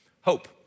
hope